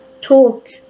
talk